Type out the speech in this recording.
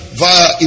via